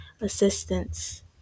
assistance